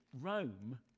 Rome